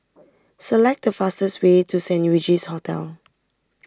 select the fastest way to Saint Regis Hotel